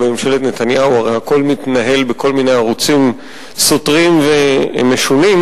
בממשלת נתניהו הרי הכול מתנהל בכל מיני ערוצים סותרים ומשונים,